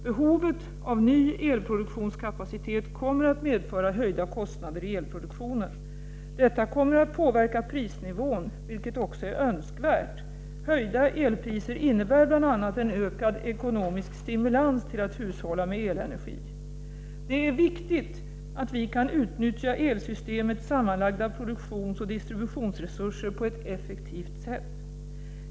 Behovet av ny elproduktionskapacitet kommer att medföra höjda kostnader i elproduktionen. Detta kommer att påverka prisnivån, vilket också är önskvärt. Höjda elpriser innebär bl.a. en ökad ekonomisk stimulans till att hushålla med elenergi. Det är viktigt att vi kan utnyttja elsystemets sammanlagda produktionsoch distributionsresurser på ett effektivt sätt.